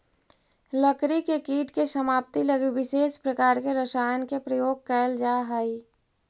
लकड़ी के कीट के समाप्ति लगी विशेष प्रकार के रसायन के प्रयोग कैल जा हइ